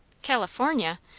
california!